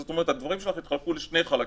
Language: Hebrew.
זאת אומרת, דברייך התחלקו לשני חלקים: